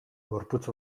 gorputz